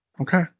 Okay